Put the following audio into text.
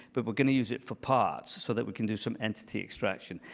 but we're going to use it for parts so that we can do some entity extraction.